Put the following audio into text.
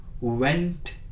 went